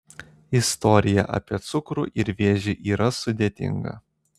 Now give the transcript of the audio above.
istorija apie cukrų ir vėžį yra sudėtinga